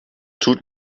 tut